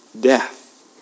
death